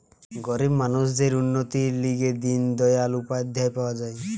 গরিব মানুষদের উন্নতির লিগে দিন দয়াল উপাধ্যায় পাওয়া যায়